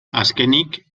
azkenik